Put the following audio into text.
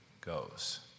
goes